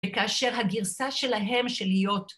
‫וכאשר הגירסה שלהם של להיות...